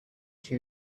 two